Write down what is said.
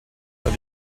that